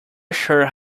sure